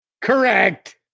Correct